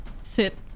sit